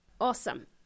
Awesome